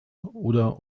oder